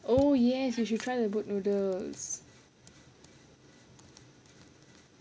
oh yes you should try the boat noodles